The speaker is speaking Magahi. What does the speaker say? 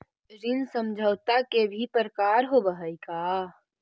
ऋण समझौता के भी प्रकार होवऽ हइ का?